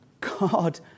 God